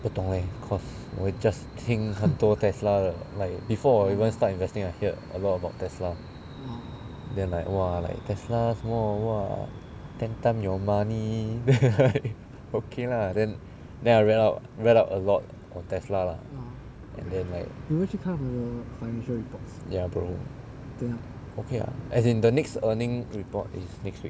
不懂 leh because 我也 just 听很多 Tesla 的 like before 我 even start investing I hear a lot about tesla then like !wah! like Tesla 什么 !wah! ten time your money then I okay lah then I read up read up a lot on Tesla lah and then ya brother okay lah as in the next earning report is next week